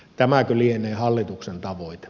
tämäkö lienee hallituksen tavoite